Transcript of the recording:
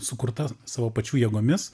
sukurta savo pačių jėgomis